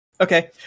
Okay